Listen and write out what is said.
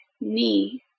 knee